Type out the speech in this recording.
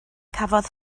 cafodd